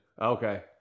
Okay